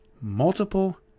multiple